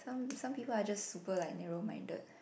some some people are just super like narrow minded